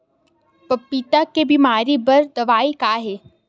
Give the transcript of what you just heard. पपीता के बीमारी बर दवाई का हे?